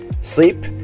sleep